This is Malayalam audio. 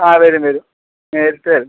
ആ വരും വരും നേരിട്ട് വരും